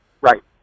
Right